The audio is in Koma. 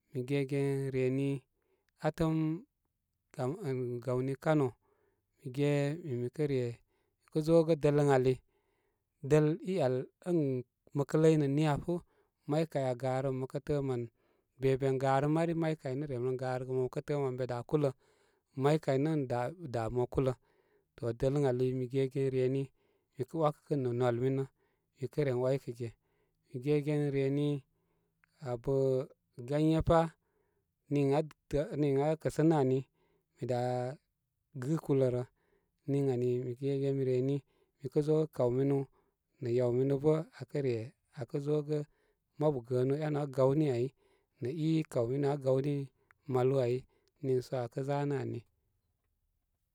Mi gegen reni atəm kam eh gawni kano. Mi ge min mikə' re mikə zo gə dəl ən ali dəl i yal ən mə ləy nə' niya fubar maykay aa garəm mə fəə mən be ben garə mani may kay nə rem ren garəgə, mə təə mən be da kulə ən da da mo kulə to dəl ən ali mi gegen re ni mi kə wakə'gə' nə' nwal minə mikə ren waikə ge mi gegen reni abə ganye pa' niŋ a tāā, niŋ aa kəsənə ani mi da gipluskulə rə noiŋ ani mi gegen reni mikə zo gə kaw minu nə' yawminu bə' a kə re akə zogə mabu gəənu en aa gawni ai nə i kawminu aa gawni malu ai, niisə aa kə zanə ani.